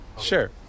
sure